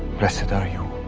blessed are you,